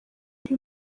buri